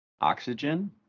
oxygen